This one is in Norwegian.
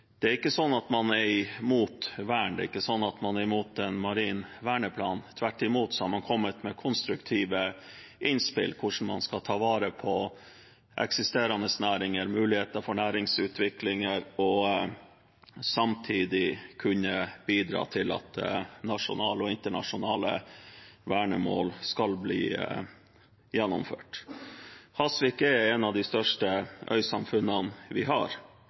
Det er ikke sånn at man er imot vern, det er ikke sånn at man er imot en marin verneplan. Tvert imot har man kommet med konstruktive innspill om hvordan man skal ta vare på eksisterende næringer og muligheter for næringsutvikling og samtidig kunne bidra til at nasjonale og internasjonale vernemål skal bli gjennomført. Hasvik er et av de største øysamfunnene vi har.